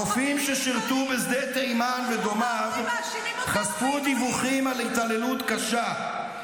רופאים ששירתו בשדה תימן ודומיו חשפו דיווחים על התעללות קשה,